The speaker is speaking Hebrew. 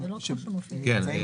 שנמצאים